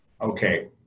okay